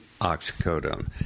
Oxycodone